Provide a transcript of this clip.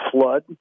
flood